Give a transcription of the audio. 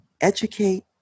educate